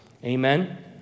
Amen